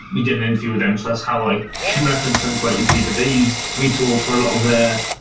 we did it in a few of them. that's how i can reference them quite easily. but they used retool for a lot of their